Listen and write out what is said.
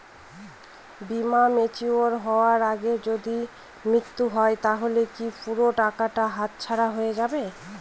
বীমা ম্যাচিওর হয়ার আগেই যদি মৃত্যু হয় তাহলে কি পুরো টাকাটা হাতছাড়া হয়ে যাবে?